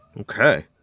Okay